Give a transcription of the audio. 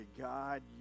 God